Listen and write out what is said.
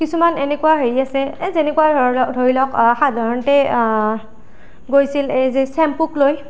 কিছুমান এনেকুৱা হেৰি আছে এই যেনেকুৱা ধৰি লওঁক সাধাৰণতে গৈছিল এই যে চেম্পুক লৈ